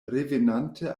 revenante